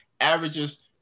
averages